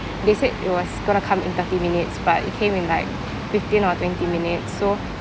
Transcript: they said it was gonna come in thirty minutes but it came in like fifteen or twenty minutes so